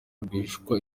rwihishwa